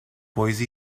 boise